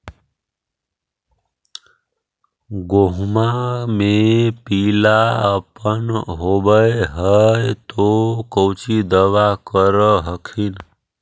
गोहुमा मे पिला अपन होबै ह तो कौची दबा कर हखिन?